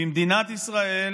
במדינת ישראל,